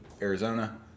Arizona